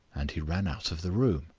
and he ran out of the room.